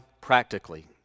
practically